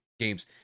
games